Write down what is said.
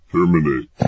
Terminate